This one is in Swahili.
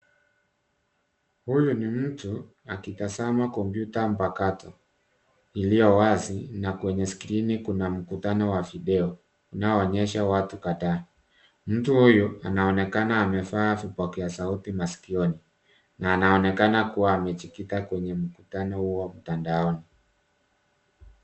Huyu ni mtu akitazama kompyuta mpakato iliyo wazi na kwenye skrini kuna mkutano wa video inayoonyesha watu kadhaa. Mtu huyu anaonekana amevaa vipokea sauti masikioni na anaonekana kuwa amejikita kwenye mkutano huo mtandaoni.